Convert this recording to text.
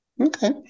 Okay